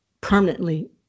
permanently